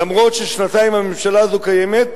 אף-על-פי ששנתיים הממשלה הזאת קיימת,